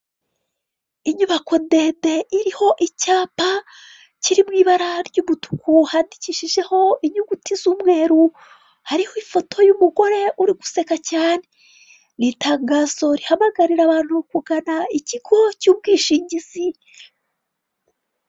Inyubako ndende iriho icyapa kiri mu ibara ry'umutuku hadikishijeho inyuguti z'umweru, hariho ifoto y'umugore uriguseka cyane, ni itangazo rihamagarira aga abantu kugana ikigo cy'ubwishingizi.